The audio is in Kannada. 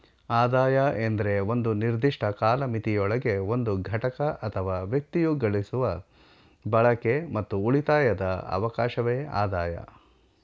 ಆದಾಯ ಎಂದ್ರೆ ಒಂದು ನಿರ್ದಿಷ್ಟ ಕಾಲಮಿತಿಯೊಳಗೆ ಒಂದು ಘಟಕ ಅಥವಾ ವ್ಯಕ್ತಿಯು ಗಳಿಸುವ ಬಳಕೆ ಮತ್ತು ಉಳಿತಾಯದ ಅವಕಾಶವೆ ಆದಾಯ